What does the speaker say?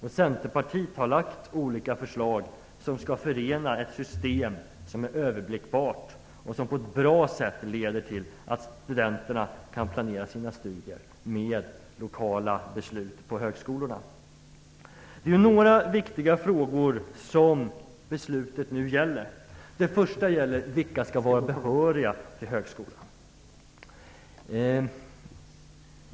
Centerpartiet har lagt fram olika förslag som skall förena ett system som är överblickbart och som på ett bra sätt leder till att studenterna kan planera sina studier utifrån lokala beslut på högskolorna. Det är några viktiga frågor som beslutet nu gäller. Först handlar det om frågan om vilka som skall vara behöriga till högskolan.